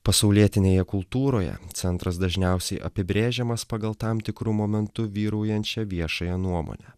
pasaulietinėje kultūroje centras dažniausiai apibrėžiamas pagal tam tikru momentu vyraujančią viešąją nuomonę